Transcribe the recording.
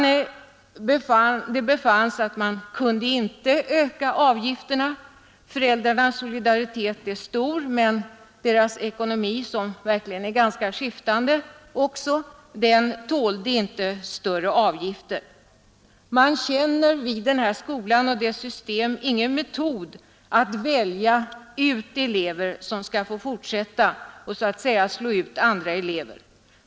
Det befanns att man inte kunde öka avgifterna. Föräldrarnas solidaritet är stor, men deras ekonomi, som verkligen är ganska skiftande, tålde inte större avgifter. Man känner vid den här skolan och i det system som där tillämpas ingen metod att välja ut elever som skall få fortsätta och så att säga slå ut andra elever.